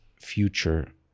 future